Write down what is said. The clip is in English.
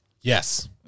Yes